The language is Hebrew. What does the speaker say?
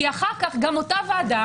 כי אחר כך גם אותה ועדה,